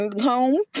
Home